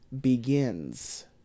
Begins